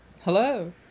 Hello